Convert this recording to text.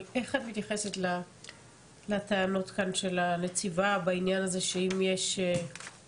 אבל איך את מתייחסת לטענות כאן של הנציבה בעניין הזה שאם יש קבילות,